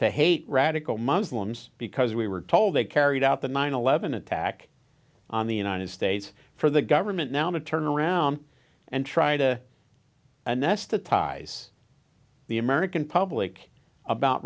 to hate radical muslims because we were told they carried out the nine eleven attack on the united states for the government now to turn around and try to anesthetize the american public about